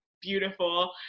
beautiful